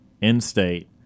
in-state